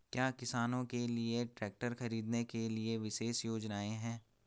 क्या किसानों के लिए ट्रैक्टर खरीदने के लिए विशेष योजनाएं हैं?